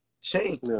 change